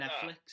Netflix